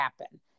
happen